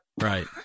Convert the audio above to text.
Right